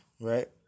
Right